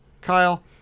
Kyle